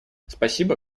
спасибо